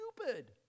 stupid